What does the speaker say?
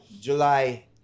july